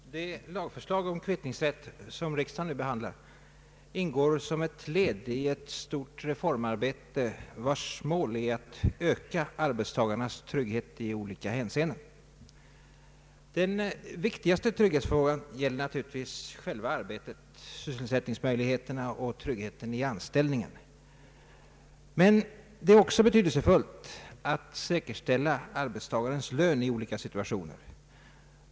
Herr talman! Det lagförslag om arbetsgivares kvittningsrätt som riksdagen nu behandlar ingår som ett led i ett stort reformarbete, vars mål är att öka arbetstagarnas trygghet i olika hänseenden. Den viktigaste trygghetsfrågan gäller naturligtvis själva arbetet, sysselsättningsmöjligheterna och tryggheten i anställningen, men det är också betydelsefullt att säkerställa arbetstagarens lön i olika situationer.